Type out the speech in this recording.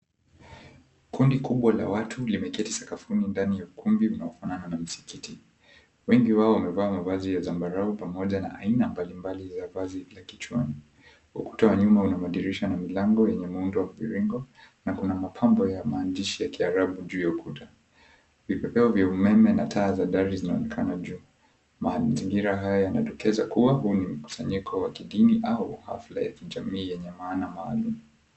Kundi kubwa la watu limeketi sakafuni ndani ya ukumbi unaofanana na msikiti. Wengi wao wamevaa mavazi ya zambarau pamoja na aina mbalimbali za vazi la kichwani. Ukuta wa nyuma una madirisha na milango yenye muundo wa mviringo na kuna mapambo ya maandishi ya kiarabu juu ya ukuta. Vipepeo vya umeme na taa za dari zinaonekana juu. Mazingira haya yanadokeza yakuwa huu ni mkusanyiko wa kidini au hafla ya kijamii yenye maana maalum.